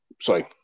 sorry